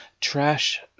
trash